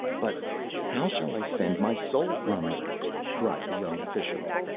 but how shall i send my soul from me cried the young fisherman.